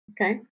Okay